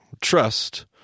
Trust